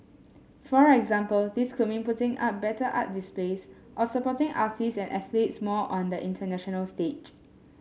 for example this could mean putting up better art displays or supporting artists and athletes more on the international stage